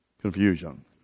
Confusion